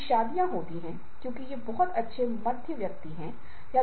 और लोग आजकल अधिक उपलब्धि उन्मुख हैं